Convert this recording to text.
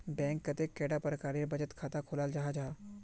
Bank कतेक कैडा प्रकारेर बचत खाता खोलाल जाहा जाहा?